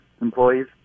employees